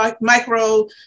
micro